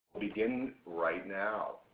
begin right now.